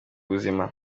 buzima